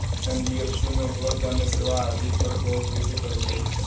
NBFC में उपलब्ध अन्य सेवा आदि पर गौर कइसे करल जाइ?